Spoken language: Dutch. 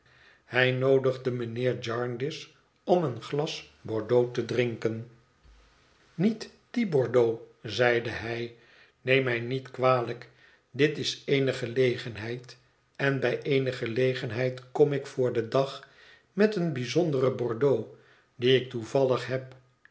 hij noodigde mijnheer jarndyce om een glas bordeaux te drinken niet dien bordeaux zeide hij noem mij niet kwalijk dit is eene gelegenheid on bij eene gelegenheid kom ik voor den dag met een bijzonderen bordeaux dien ik toevallig heb